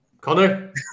Connor